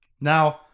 now